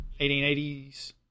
1880s